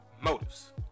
motives